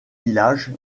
village